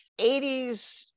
80s